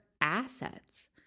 assets